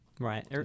Right